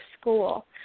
school